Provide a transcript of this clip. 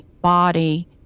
body